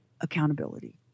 accountability